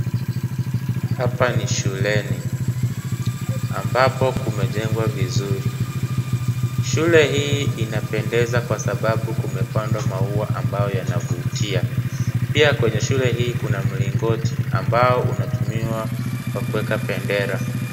Hapa ni shuleni, ambapo kumejengwa vizuri. Shule hii inapendeza kwa sababu kumepandwa maua ambayo unavutia. Pia, kwenye shule hii kuna mlingoti ambao unatumiwa kwa kuweka bendera.